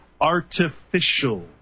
artificial